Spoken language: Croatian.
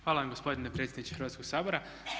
Hvala vam gospodine predsjedniče Hrvatskog sabora.